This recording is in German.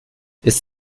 ist